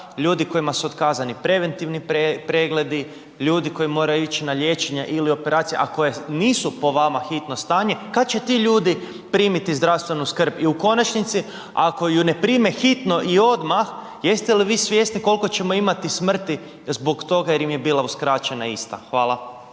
ljudi kojima su otkazani preventivni pregledi, ljudi koji moraju ići na liječenja ili operacije, a koje nisu po vama hitno stanje. Kad će ti ljudi primiti zdravstvenu skrb i u konačnici, ako ju ne prime hitno i odmah jeste li vi svjesni koliko ćemo imati smrti zbog toga jer im je bila uskraćena ista? Hvala.